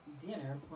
dinner